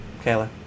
Kayla